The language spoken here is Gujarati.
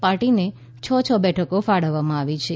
પાર્ટીને છ છ બેઠકો ફાળવવામાં આવી છે